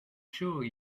sure